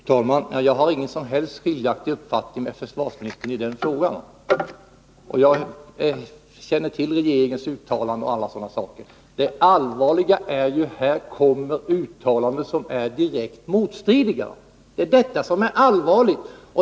Fru talman! Jag har ingen uppfattning som på något sätt skiljer sig från försvarsministerns i den frågan, och jag känner till regeringens uttalanden. Men det allvarliga i det här fallet är ju att det handlar om uttalanden som är direkt motstridiga.